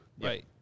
right